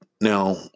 Now